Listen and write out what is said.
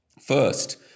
First